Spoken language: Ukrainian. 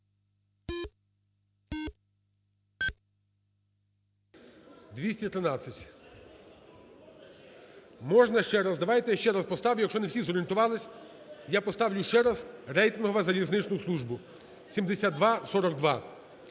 Можна ще раз, давайте я ще раз поставлю. Якщо не всі зорієнтувалися, я поставлю ще раз рейтингове залізничну службу (7242).